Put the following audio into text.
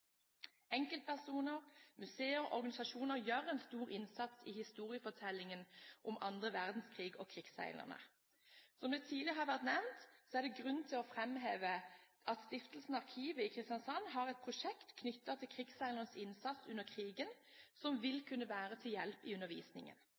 Enkeltpersoner, museer og organisasjoner gjør en stor innsats i historiefortellingen om annen verdenskrig og krigsseilerne. Som tidligere nevnt, er det grunn til å framheve at Stiftelsen Arkivet i Kristiansand har et prosjekt knyttet til krigsseilernes innsats under krigen, som vil